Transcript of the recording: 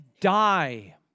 die